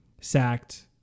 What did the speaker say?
sacked